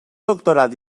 doctorat